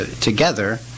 together